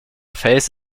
face